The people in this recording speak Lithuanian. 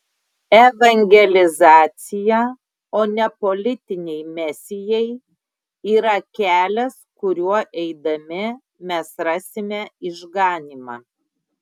evangelizacija o ne politiniai mesijai yra kelias kuriuo eidami mes rasime išganymą